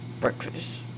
breakfast